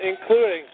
including